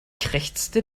krächzte